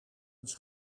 eens